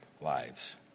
lives